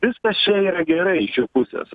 viskas čia yra gerai iš jų pusės